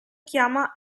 chiama